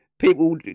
People